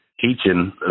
teaching